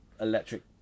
electric